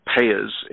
payers